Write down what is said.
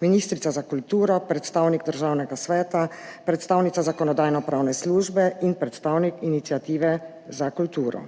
ministrica za kulturo, predstavnik Državnega sveta, predstavnica Zakonodajno-pravne službe in predstavnik Iniciative za kulturo.